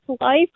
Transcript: life